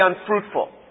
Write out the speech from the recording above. unfruitful